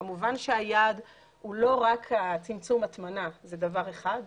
כמובן שהיעד הוא לא רק צמצום ההטמנה, שזה דבר אחד,